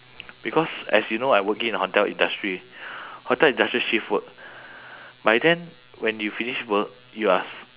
because as you know I working in hotel industry hotel industry shift work by then when you finish work you are